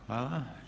Hvala.